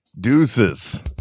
Deuces